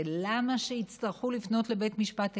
ולמה שיצטרכו לפנות לבית משפט עליון?